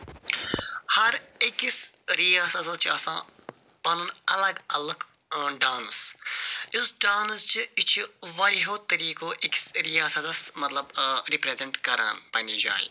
ہر أکِس ریاسَتَس چھِ آسان پَنُن پَنُن الگ الگ ڈانس یُس ڈانس چھُ یہِ چھُ واریَہو طریٖقَس أکِس رِیاستَس مَطلَب رِپریٚزیٚنٹ کَران پَننہِ جایہِ